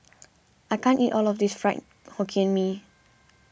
I can't eat all of this Fried Hokkien Mee